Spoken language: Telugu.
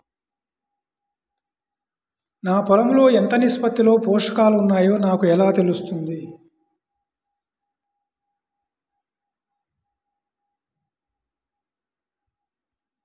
నా పొలం లో ఎంత నిష్పత్తిలో పోషకాలు వున్నాయో నాకు ఎలా తెలుస్తుంది?